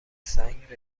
سنگ